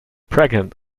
pregnant